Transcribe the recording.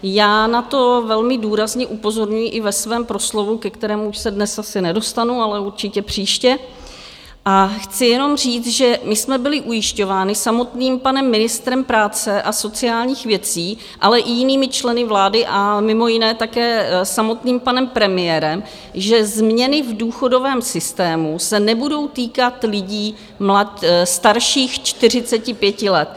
Já na to velmi důrazně upozorňuji i ve svém proslovu, ke kterému už se dnes asi nedostanu, ale určitě příště, a chci jenom říct, že my jsme byli ujišťováni samotným panem ministrem práce a sociálních věcí, ale i jinými členy vlády, a mimo jiné také samotným panem premiérem, že změny v důchodovém systému se nebudou týkat lidí starších čtyřiceti pět let.